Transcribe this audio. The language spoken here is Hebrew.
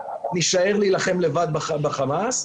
נישאר להילחם לבד בחמאס.